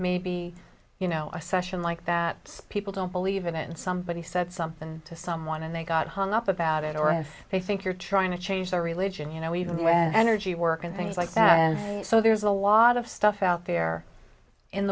maybe you know a session like that people don't believe in and somebody said something to someone and they got hung up about it or if they think you're trying to change their religion you know even when energy work and things like that and so there's a lot of stuff out there in